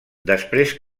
després